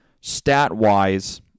stat-wise